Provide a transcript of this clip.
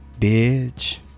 bitch